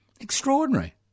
Extraordinary